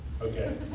okay